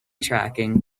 tracking